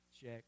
check